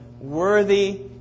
Worthy